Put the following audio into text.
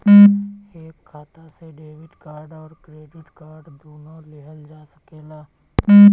एक खाता से डेबिट कार्ड और क्रेडिट कार्ड दुनु लेहल जा सकेला?